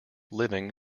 living